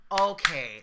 okay